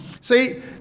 See